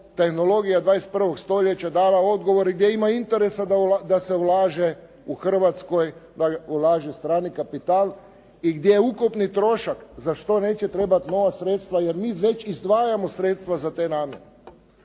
tehnologija 21. stoljeća dala odgovor i gdje ima interesa da se ulaže u Hrvatskoj, da ulaže strani kapital i gdje ukupni trošak za što neće trebati nova sredstva jer mi već izdvajamo sredstva za te namjere.